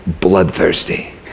bloodthirsty